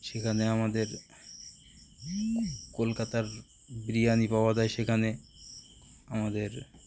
সেখানে আমাদের কলকাতার বিরিয়ানি পাওয়া যায় সেখানে আমাদের